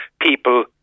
people